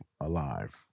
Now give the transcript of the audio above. alive